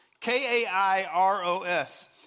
K-A-I-R-O-S